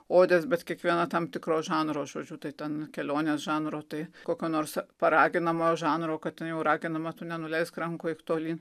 odės bet kiekviena tam tikro žanro žodžiu tai ten kelionės žanro tai kokio nors paraginamojo žanro kad ten jau raginama tu nenuleisk rankų eik tolyn